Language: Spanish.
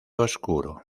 oscuro